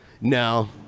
No